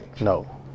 No